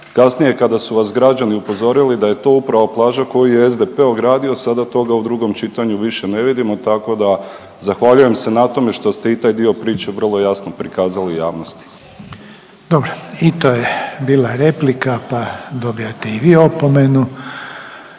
kasnije kada su vas građani upozorili da je to upravo plaža koju je SDP ogradio sada toga u drugom čitanju više ne vidimo tako da zahvaljujem se na tome što ste i taj dio priče vrlo jasno prikazali javnosti. **Reiner, Željko (HDZ)** Dobro i to je bila replika, pa dobijate i vi opomenu.